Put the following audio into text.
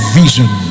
vision